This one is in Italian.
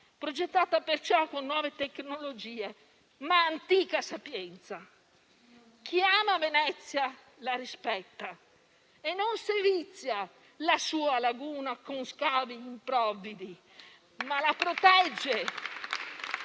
progettata perciò con nuove tecnologie, ma antica sapienza. Chi ama Venezia la rispetta e non sevizia la sua laguna con scavi improvvidi, ma la protegge.